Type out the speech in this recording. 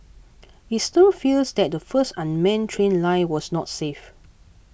it stirred fears that the first unmanned train line was not safe